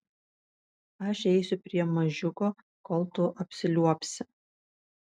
aš eisiu prie mažiuko kol tu apsiliuobsi